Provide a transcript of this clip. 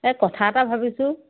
এই কথা এটা ভাবিছোঁ